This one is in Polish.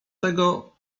tego